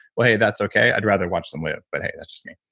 well, hey, that's okay. i'd rather watch them live but hey, that's just me.